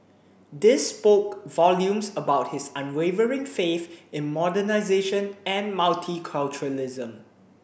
this spoke volumes about his unwavering faith in modernisation and multiculturalism